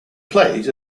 played